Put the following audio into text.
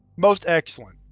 most excellent,